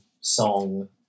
song